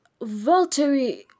Valtteri